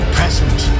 present